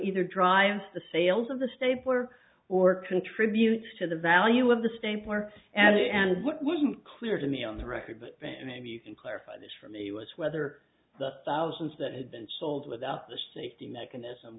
either drives the sales of the stapler or contributes to the value of the stapler and what wasn't clear to me on the record but maybe you can clarify this for me was whether the thousands that had been sold without the safety mechanism